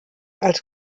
als